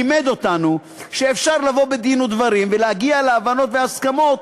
לימד אותנו שאפשר לבוא בדין ודברים ולהגיע להבנות ולהסכמות